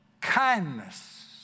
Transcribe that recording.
kindness